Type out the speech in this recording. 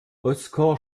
oskar